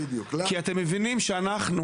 כי אתם מבינים שאנחנו,